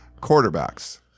quarterbacks